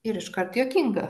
ir iškart juokinga